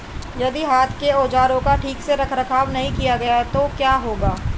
यदि हाथ के औजारों का ठीक से रखरखाव नहीं किया गया तो क्या होगा?